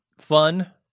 fun